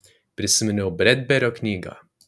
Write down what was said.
prisiminiau bredberio knygą